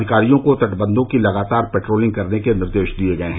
अधिकारियों को तटबंधों की लगातार पेट्रोलिंग करने के निर्देश दिये गये हैं